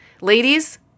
Ladies